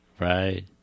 Right